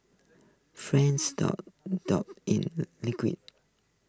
frieds dough dipped in the liquids